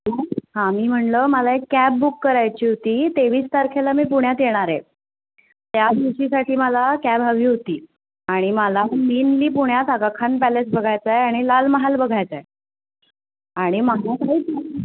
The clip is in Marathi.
हां मी म्हणलं मला एक कॅब बुक करायची होती तेवीस तारखेला मी पुण्यात येणार आहे त्या दिवशीसाठी मला कॅब हवी होती आणि मला मेनली पुण्यात आगाखान पॅलेस बघायचा आहे आणि लाल महाल बघायचा आहे आणि